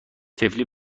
طفلی